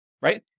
right